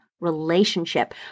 relationship